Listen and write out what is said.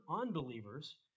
unbelievers